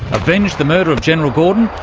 avenged the murder of general gordon,